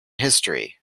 history